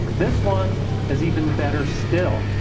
this one is even better still.